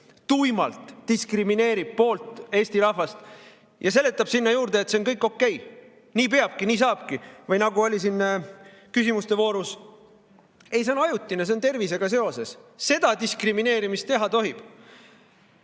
Tuimalt diskrimineerib poolt Eesti rahvast ja seletab sinna juurde, et see on kõik okei, nii peabki, nii saabki. Või nagu oli siin küsimuste voorus: ei, see on ajutine, see on tervisega seoses, seda diskrimineerimist teha tohib. Mitte